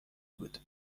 بود